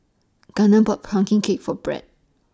Gunner bought Pumpkin Cake For Bret